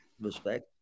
respect